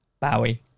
Bowie